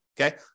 Okay